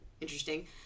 interesting